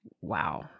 Wow